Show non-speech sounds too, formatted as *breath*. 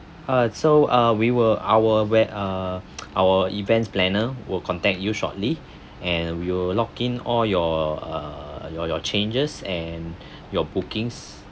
uh so uh we will our where uh *noise* our events planner will contact you shortly and we will lock in all your uh your your changes and *breath* your bookings